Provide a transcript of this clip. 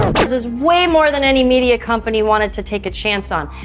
is is way more than any media company wanted to take a chance on.